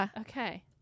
Okay